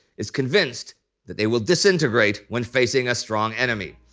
is convinced that they will disintegrate when facing a strong enemy.